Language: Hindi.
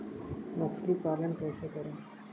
मछली पालन कैसे करें?